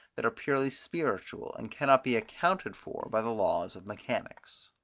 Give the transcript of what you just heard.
that are purely spiritual, and cannot be accounted for by the laws of mechanics.